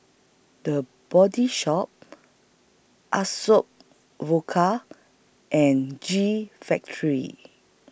The Body Shop Vodka and G Factory